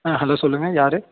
ஆ hello சொல்லுங்கள் யார்